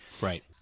Right